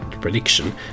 prediction